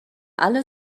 alle